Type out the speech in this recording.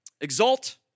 Exalt